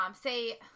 say